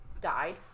died